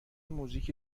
موزیکی